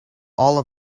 all